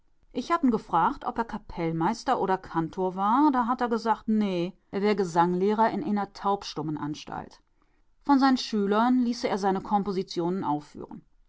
ich hab'n gefragt ob er kapellmeister oder kantor war da hat er gesagt nee er wär gesanglehrer in eener taubstummenanstalt von sein'n schülern ließe er seine kompositionen aufführen